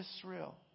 Israel